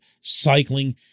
cycling